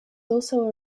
also